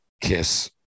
kiss